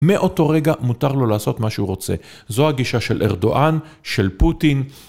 מאותו רגע מותר לו לעשות מה שהוא רוצה. זו הגישה של ארדואן, של פוטין.